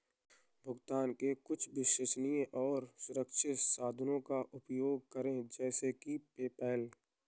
भुगतान के कुछ विश्वसनीय और सुरक्षित साधनों का उपयोग करें जैसे कि पेपैल